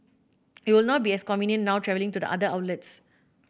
it will not be as convenient now travelling to the other outlets